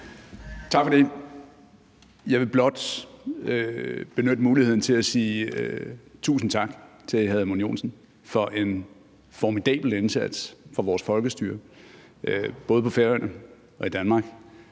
Tak for det. Jeg vil blot benytte lejligheden til at sige tusind tak til hr. Edmund Joensen for en formidabel indsats for vores folkestyre både på Færøerne og i Danmark